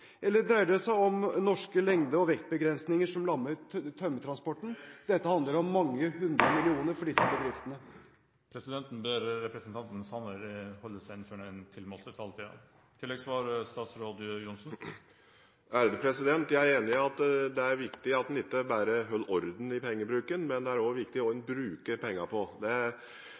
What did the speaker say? eller dreier det seg om norske lengde- og vektbegrensninger som lammer tømmertransporten? Dette handler om mange hundre millioner for disse bedriftene. Presidenten ber representanten Sanner holde seg innenfor den tilmålte taletiden. Jeg er enig i at det ikke bare er viktig at en holder orden i pengebruken, men også viktig hva en bruker pengene på. I anledning dagen har jeg gått tilbake til Innst. S nr. 229 for 2000–2001. Det